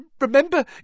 remember